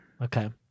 Okay